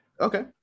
okay